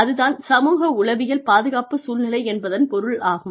அதுதான் சமூக உளவியல் பாதுகாப்பு சூழ்நிலை என்பதன் பொருள் ஆகும்